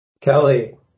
Kelly